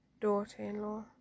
daughter-in-law